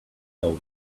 note